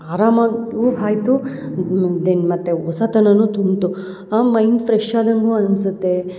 ಆರಾಮಾಗು ಆಯ್ತು ದೆನ್ ಮತ್ತು ಹೊಸತನನು ತುಂಬ್ತು ಆ ಮೈಂಡ್ ಫ್ರೆಶ್ ಆದಂಗು ಅನ್ಸುತ್ತೆ